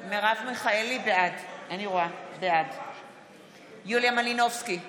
בעד יוליה מלינובסקי קונין,